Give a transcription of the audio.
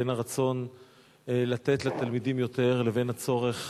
בין הרצון לתת לתלמידים יותר לבין הצורך